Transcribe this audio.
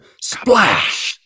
splash